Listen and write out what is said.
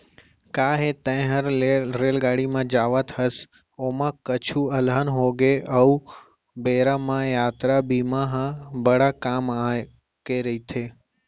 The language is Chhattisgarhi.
काहे तैंहर रेलगाड़ी म जावत हस, ओमा कुछु अलहन होगे ओ बेरा म यातरा बीमा ह बड़ काम के रइथे